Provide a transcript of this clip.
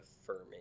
affirming